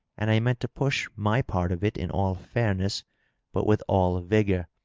and i meant to push my part of it in all fairness but with all vigor.